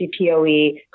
CPOE